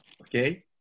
okay